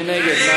מי נגד?